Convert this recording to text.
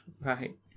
Right